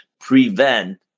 prevent